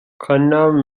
khanna